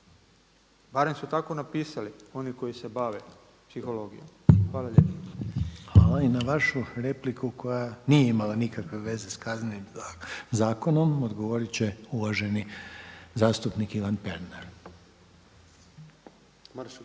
barem su tako napisali oni koji se bave psihologijom. Hvala lijepo. **Reiner, Željko (HDZ)** Hvala. I na vašu repliku koja nije imala nikakve veze sa Kaznenim zakonom odgovorit će uvaženi zastupnik Ivan Pernar.